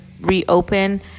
reopen